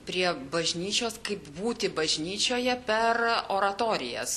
prie bažnyčios kaip būti bažnyčioje per oratorijas